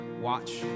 watch